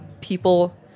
people